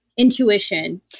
intuition